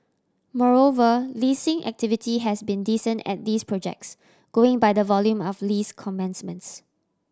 moreover leasing activity has been decent at these projects going by the volume of lease commencements